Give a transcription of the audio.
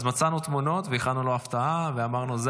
אז מצאנו תמונות והכנו לו הפתעה ואמרנו: זו